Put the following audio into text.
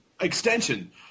extension